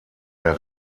der